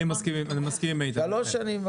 שלוש שנים.